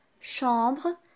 chambre